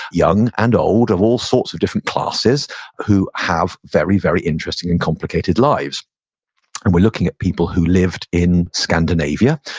young and old, of all sort of different classes who have very, very, interesting and complicated lives and we're looking at people who lived in scandinavia,